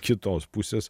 kitos pusės